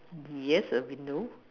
there's a window